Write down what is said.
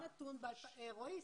רועי,